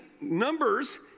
numbers